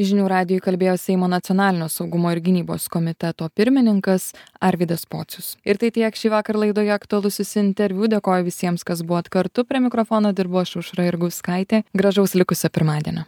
žinių radijui kalbėjo seimo nacionalinio saugumo ir gynybos komiteto pirmininkas arvydas pocius ir tai tiek šįvakar laidoje aktualusis interviu dėkoju visiems kas buvot kartu prie mikrofono dirbau aš aušra jurgauskaitė gražaus likusio pirmadienio